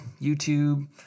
YouTube